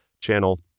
channel